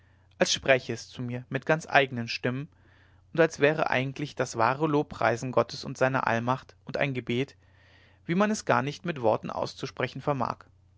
als spräche es zu mir mit ganz eignen stimmen und das wäre eigentlich das wahre lobpreisen gottes und seiner allmacht und ein gebet wie man es gar nicht mit worten auszusprechen vermag